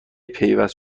پیوست